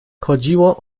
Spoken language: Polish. chodziło